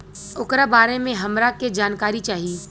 ओकरा बारे मे हमरा के जानकारी चाही?